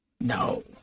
no